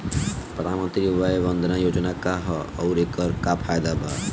प्रधानमंत्री वय वन्दना योजना का ह आउर एकर का फायदा बा?